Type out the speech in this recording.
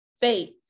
faith